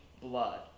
blood